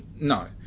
no